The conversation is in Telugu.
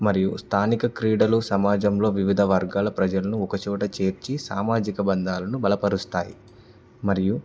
మరియు స్థానిక క్రీడలు సమాజంలో వివిధ వర్గాల ప్రజలను ఒకచోట చేర్చి సామాజిక బంధాలను బలపరుస్తాయి మరియు